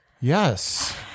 Yes